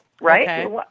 Right